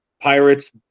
Pirates